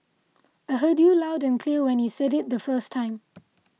I heard you loud and clear when you said it the first time